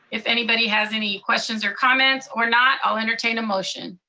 if anybody has any questions or comments, or not, i'll entertain a motion.